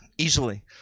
easily